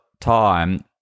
time